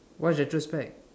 what is retrospect